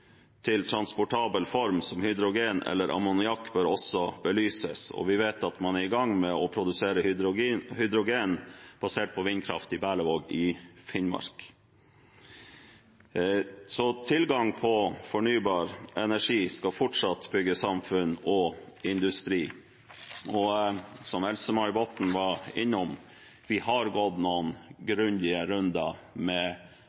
til transportabel form som hydrogen eller ammoniakk bør også belyses, og vi vet at man er i gang med å produsere hydrogen basert på vindkraft i Berlevåg i Finnmark. Så tilgang på fornybar energi skal fortsatt bygge samfunn og industri. Som Else-May Botten var innom: Vi har gått noen grundige runder både internt og med